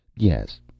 Yes